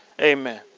Amen